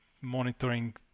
monitoring